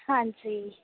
ਹਾਂਜੀ